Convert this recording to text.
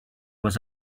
was